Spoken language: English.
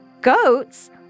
Goats